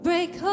Break